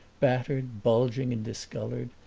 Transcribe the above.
battered, bulging, and discolored,